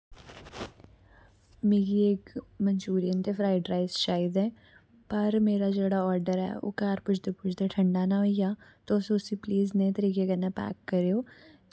मिगी इक मंचुरियन ते फ्राइड राइस चाहिदे पर मेरा जेह्ड़ा ऑर्डर ऐ ओह् घर पुजदे पुजदे ठंडा ना होई जा तुस उस्सी प्लीज नेह् तरीके कन्नै पैक करेओ